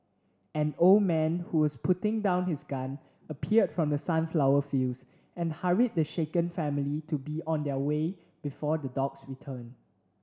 an old man who was putting down his gun appeared from the sunflower fields and hurried the shaken family to be on their way before the dogs return